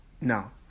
No